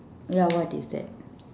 ya what is that